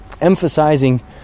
emphasizing